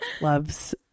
loves